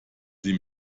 sie